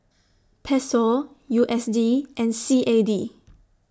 Peso U S D and C A D